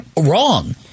wrong